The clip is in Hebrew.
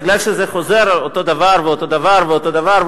בגלל שזה חוזר אותו דבר ואותו דבר ואותו דבר,